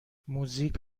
موزیک